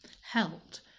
helped